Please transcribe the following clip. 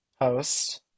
host